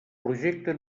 projecte